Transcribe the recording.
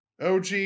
OG